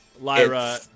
Lyra